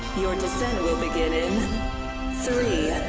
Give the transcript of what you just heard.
your descent will begin in three,